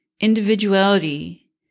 individuality